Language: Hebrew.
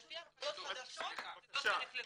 על פי ההנחיות החדשות זה לא צריך לקרות.